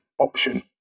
option